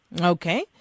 Okay